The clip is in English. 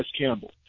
Campbell